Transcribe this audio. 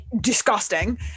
disgusting